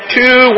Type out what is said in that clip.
two